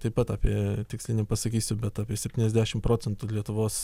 taip pat apie tiksliai nepasakysiu bet apie septyniasdešim procentų lietuvos